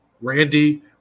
Randy